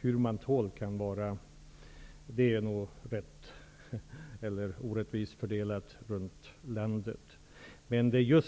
Hur man tål sådana påfrestningar är nog orättvist fördelat över landet. Men regeringen